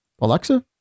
Alexa